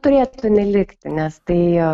turėtų nelikti nes tai